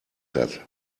that